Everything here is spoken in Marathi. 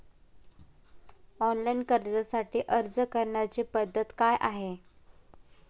ऑनलाइन कर्जासाठी अर्ज करण्याची पद्धत काय आहे?